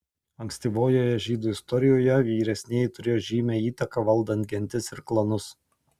ankstyvojoje žydų istorijoje vyresnieji turėjo žymią įtaką valdant gentis ir klanus